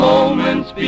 Moments